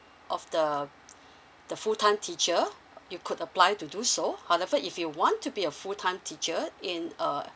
of the the full time teacher you could apply to do so however if you want to be a full time teacher in uh